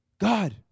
God